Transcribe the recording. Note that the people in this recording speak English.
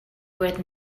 worth